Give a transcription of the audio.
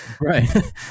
Right